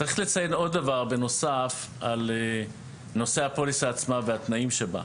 צריך לציין עוד דבר בנוסף על נושא הפוליסה עצמה והתנאים שבה.